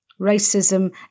Racism